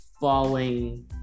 falling